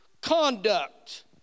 conduct